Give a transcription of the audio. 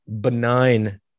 benign